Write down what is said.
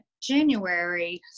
January